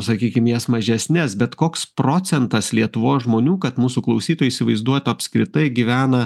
sakykim jas mažesnes bet koks procentas lietuvos žmonių kad mūsų klausytų įsivaizduotu apskritai gyvena